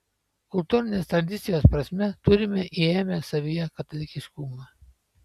kultūrinės tradicijos prasme turime įėmę savyje katalikiškumą